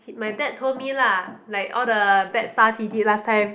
my dad told me lah like all the bad stuff he did last time